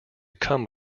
come